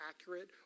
accurate